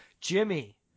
Jimmy